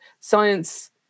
Science